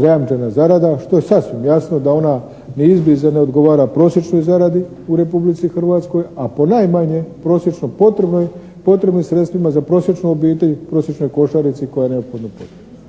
zajamčena zarada što je sasvim jasno da ona ni izbliza ne odgovara prosječnoj zaradi u Republici Hrvatskoj a ponajmanje prosječnom potrebnoj sredstvima za prosječnu obitelj, prosječnoj košarici koja je neophodno potrebna.